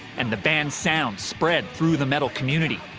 and the band's sound spread through the metal community.